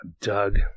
Doug